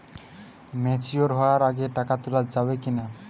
Mature হওয়ার আগে টাকা তোলা যাবে কিনা?